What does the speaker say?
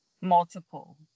multiple